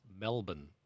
Melbourne